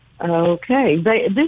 Okay